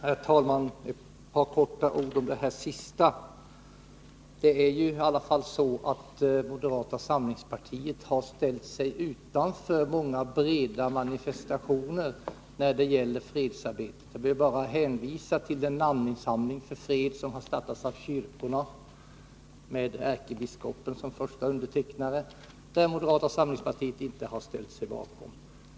Herr talman! Ett par ord om det här senaste! Det är ju i alla fall så, att moderata samlingspartiet har ställt sig utanför många breda manifestationer när det gäller fredsarbetet. Jag behöver bara hänvisa till den namninsamling för fred som har startats av kyrkorna med ärkebiskopen som första undertecknare. Den har moderata samlingspartiet inte ställt sig bakom.